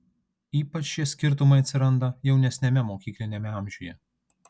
ypač šie skirtumai atsiranda jaunesniame mokykliniame amžiuje